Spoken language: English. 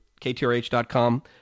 ktrh.com